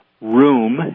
room